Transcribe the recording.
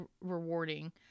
rewarding